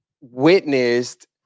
witnessed